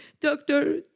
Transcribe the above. doctor